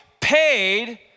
paid